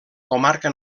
comarca